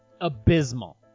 abysmal